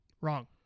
Wrong